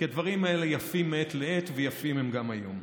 כי הדברים האלה יפים מעת לעת ויפים הם גם היום.